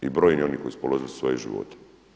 I brojni oni koji su položili svoje živote.